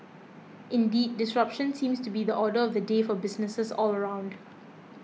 indeed disruption seems to be the order the day for businesses all around